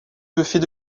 buffet